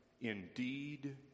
Indeed